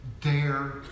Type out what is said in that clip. dare